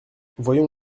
voyons